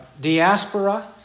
diaspora